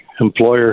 employer